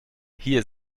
hier